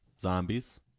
zombies